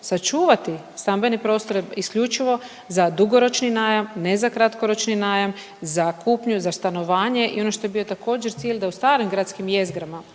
sačuvati stambene prostore isključivo za dugoročni najam, ne za kratkoročni najam, za kupnju, za stanovanje i ono što je bio također cilj da u starim gradskim jezgrama